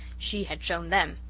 she had shown them!